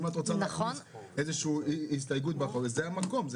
אם את רוצה להכניס איזושהי הסתייגות, זה המקום.